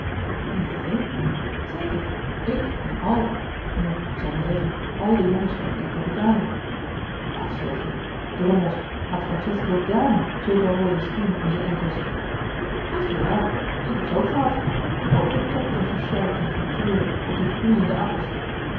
zeker ik en al nu ik zal maar zeggen àl de jongens van il capitano wat zeg je drommels had francesco dààrom zulke rooie striemen om z'n enkels goed geraden k heb ze k gehad k heb ook getobd en gesjouwd en getreurd op die gloeiende akkers